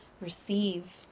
receive